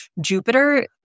Jupiter